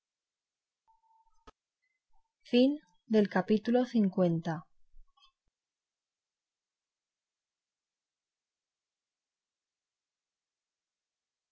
fin del capítulo